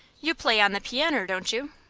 you play on the pianner, don't you?